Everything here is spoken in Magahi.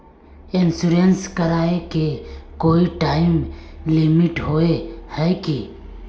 इंश्योरेंस कराए के कोई टाइम लिमिट होय है की?